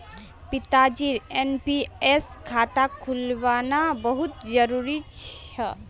पिताजीर एन.पी.एस खाता खुलवाना बहुत जरूरी छ